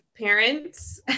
parents